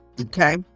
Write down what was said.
Okay